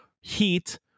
heat